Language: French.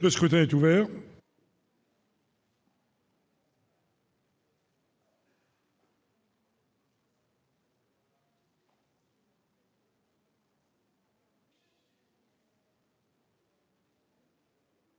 Le scrutin est ouvert.